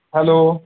hello